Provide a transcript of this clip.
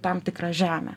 tam tikrą žemę